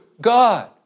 God